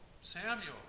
Samuel